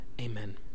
Amen